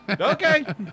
Okay